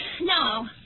No